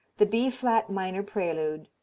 the b flat minor prelude,